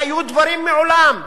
והיו דברים מעולם,